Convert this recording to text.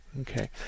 Okay